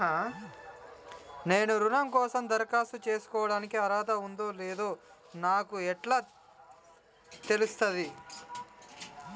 నేను రుణం కోసం దరఖాస్తు చేసుకోవడానికి అర్హత ఉందో లేదో నాకు ఎట్లా తెలుస్తది?